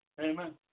Amen